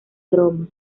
roma